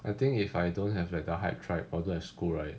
I think if I don't have like the height tribe or don't have school right